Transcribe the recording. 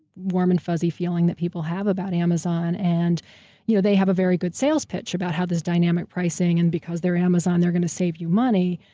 warm and fuzzy feeling that people have about amazon. and you know they have a very good sales pitch about how this dynamic pricing, and because they're amazon, they're going to save you money.